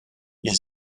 ihr